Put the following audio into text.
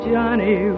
Johnny